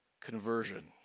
conversion